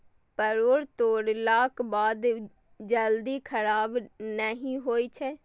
परोर तोड़लाक बाद जल्दी खराब नहि होइ छै